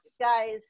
guys